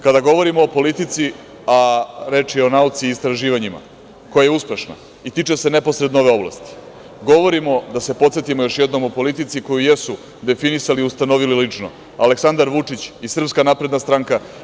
Kada govorimo o politici, a reč je o nauci i istraživanjima, koja je uspešna, i tiče se neposredno ove oblasti, govorimo, da se podsetimo još jednom, o politici koju jesu definisali i ustanovili lično Aleksandar Vučić i SNS.